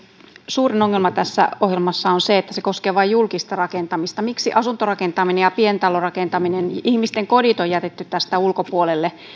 suurin ongelma tässä ohjelmassa on se että se koskee vain julkista rakentamista miksi asuntorakentaminen ja pientalorakentaminen ihmisten kodit on jätetty tästä ulkopuolelle